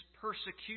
persecution